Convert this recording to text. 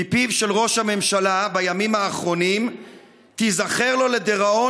מפיו של ראש הממשלה בימים האחרונים תיזכר לו לדיראון